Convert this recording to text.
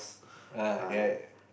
err they're